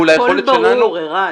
מול היכולת שלנו --- ערן,